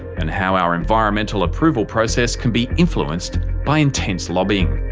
and how our environmental approval process can be influenced by intense lobbying.